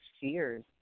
fears